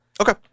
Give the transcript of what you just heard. Okay